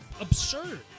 absurd